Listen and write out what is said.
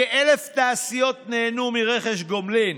כ-1,000 תעשיות נהנו מרכש גומלין,